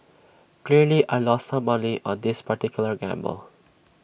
clearly I lost some money on this particular gamble